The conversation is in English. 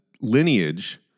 lineage